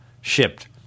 shipped